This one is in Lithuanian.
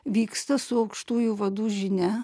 vyksta su aukštųjų vadų žinia